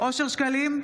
אושר שקלים,